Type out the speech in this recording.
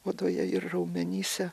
odoje ir raumenyse